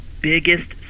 biggest